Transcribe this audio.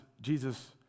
Jesus